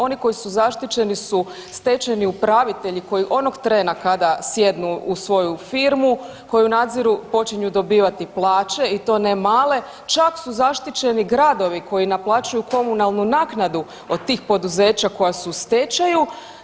Oni koji su zaštićeni su stečajni upravitelji koji onog trena kada sjednu u svoju firmu, koju nadziru, počinju dobivati plaće i to ne male, čak su zaštićeni gradovi koji naplaćuju komunalnu naknadu od tih poduzeća koja su u stečaju.